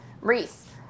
Reese